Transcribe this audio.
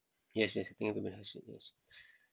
yes yes have a medical sickness